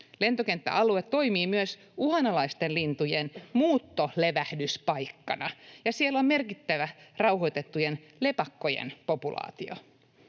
Lentokenttäalue toimii myös uhanalaisten lintujen muuttolevähdyspaikkana, ja siellä on merkittävä rauhoitettujen lepakkojen populaatio.